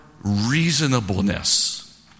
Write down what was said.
reasonableness